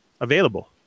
available